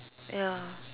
ya